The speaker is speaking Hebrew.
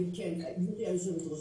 כן, הייתי יושבת הראש.